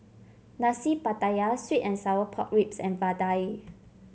Nasi Pattaya sweet and Sour Pork Ribs and vadai